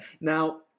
now